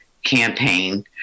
campaign